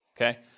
okay